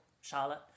Charlotte